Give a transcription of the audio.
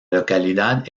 localidad